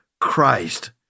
Christ